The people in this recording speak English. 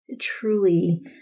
truly